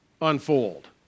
unfold